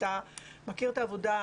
אתה מכיר את העבודה,